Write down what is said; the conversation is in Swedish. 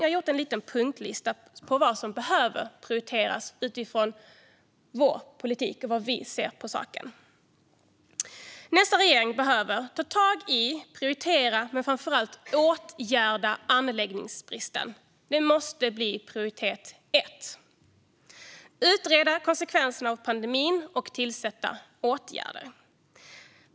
Jag har gjort en liten punktlista på vad som behöver prioriteras utifrån vår politik och hur vi ser på saken. Nästa regering behöver ta tag i, prioritera men framför allt åtgärda anläggningsbristen. Det måste bli prioritet ett. Vidare måste konsekvenserna av pandemin utredas och åtgärder vidtas.